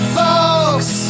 folks